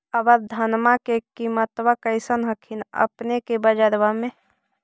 अबर धानमा के किमत्बा कैसन हखिन अपने के बजरबा में?